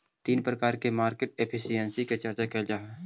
तीन प्रकार के मार्केट एफिशिएंसी के चर्चा कैल जा हई